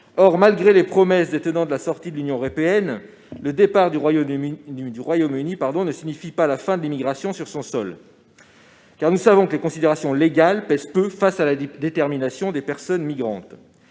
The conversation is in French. Or, malgré les promesses des tenants de la sortie de l'Union européenne, le départ du Royaume-Uni ne signifie pas la fin de l'immigration sur son sol, car nous savons que les considérations légales pèsent peu face à la détermination des personnes migrantes.